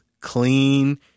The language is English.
clean